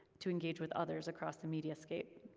to engage with others across the mediascape.